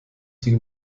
sich